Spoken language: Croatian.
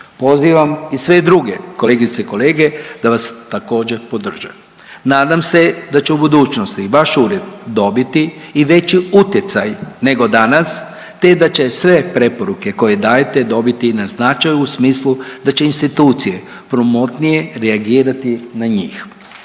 Pozivam i sve druge kolegice i kolege da vas također podrže. Nadam se da će u budućnosti vaš ured dobiti i veći utjecaj nego danas, te da će sve preporuke koje dajete dobiti na značaju u smislu da će institucije promotnije reagirati na njih.